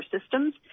systems